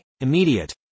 Immediate